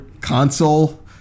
console